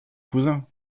cousin